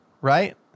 right